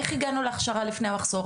איך הגענו להכשרה לפני המחסור?